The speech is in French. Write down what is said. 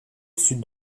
sud